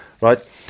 right